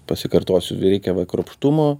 pasikartosiu v reikia v kruopštumo